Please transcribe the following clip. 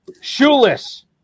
shoeless